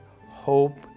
hope